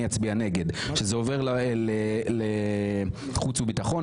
אני אצביע נגד לוועדת חוץ וביטחון,